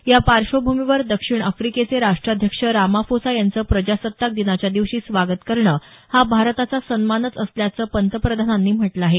या पार्श्वभूमीवर दक्षिण आफ्रीकेचे राष्ट्राध्यक्ष रामाफोसा यांचं प्रजासत्ताक दिनाच्या दिवशी स्वागत करणं हा भारताचा सन्मानच असल्याचं पंतप्रधानांनी म्हटलं आहे